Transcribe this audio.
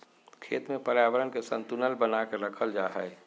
खेत में पर्यावरण के संतुलन बना के रखल जा हइ